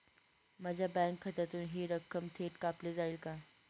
माझ्या बँक खात्यातून हि रक्कम थेट कापली जाईल का?